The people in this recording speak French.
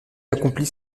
accomplit